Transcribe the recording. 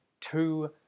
two